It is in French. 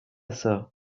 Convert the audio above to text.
sœur